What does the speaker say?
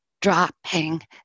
dropping